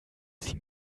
sie